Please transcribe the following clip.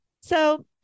So-